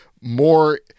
more